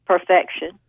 Perfection